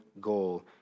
goal